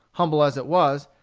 humble as it was,